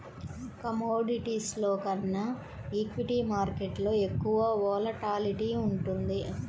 కమోడిటీస్లో కన్నా ఈక్విటీ మార్కెట్టులో ఎక్కువ వోలటాలిటీ ఉంటుంది